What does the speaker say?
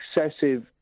excessive